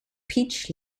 peach